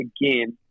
again